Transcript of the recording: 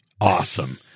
awesome